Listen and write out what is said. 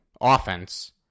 offense